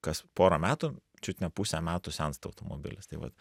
kas porą metų čiut ne pusę metų sensta automobilis tai vat